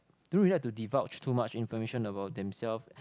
don't really like to divulge too much information about themselves